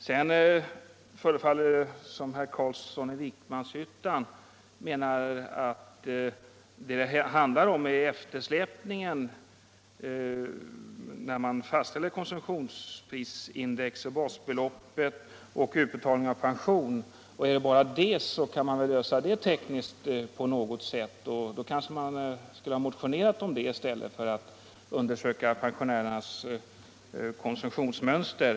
Det förefaller som om herr Carlsson i Vikmanshyttan menar att det handlar om en eftersläpning när man fastställer konsumtionsprisindex och basbeloppet. Är det bara detta det handlar om måste det kunna lösas tekniskt på något sätt. Varför då inte lägga fram en motion om det i stället för att begära en undersökning om pensionärernas konsumtionsmönster?